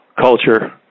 culture